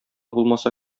булмаса